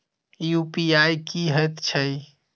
UPI की हएत छई?